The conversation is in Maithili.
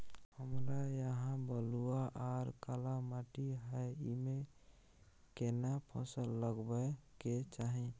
हमरा यहाँ बलूआ आर काला माटी हय ईमे केना फसल लगबै के चाही?